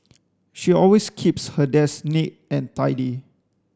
she always keeps her desk neat and tidy